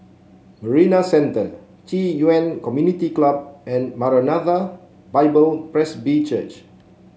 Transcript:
Marina Centre Ci Yuan Community Club and Maranatha Bible Presby Church